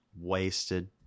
wasted